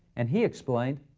and he explained,